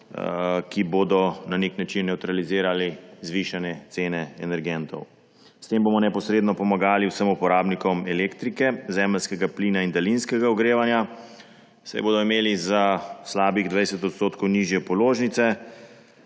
ki bodo na nek način nevtralizirali zvišane cene energentov. S tem bomo neposredno pomagali vsem uporabnikom elektrike, zemeljskega plina in daljinskega ogrevanja, saj bodo imeli za slabih 20 % nižje položnice.